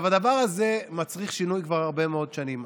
הדבר הזה מצריך שינוי כבר הרבה מאוד שנים.